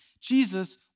Jesus